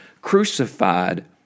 crucified